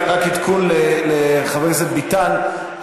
רק עדכון לחבר הכנסת ביטן,